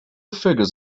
figures